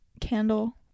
candle